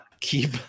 keep